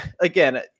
Again